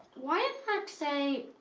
why did mark say.